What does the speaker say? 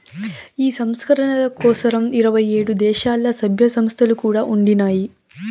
ఈ సంస్కరణల కోసరం ఇరవై ఏడు దేశాల్ల, సభ్య సంస్థలు కూడా ఉండినాయి